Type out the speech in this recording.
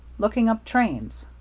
looking up trains.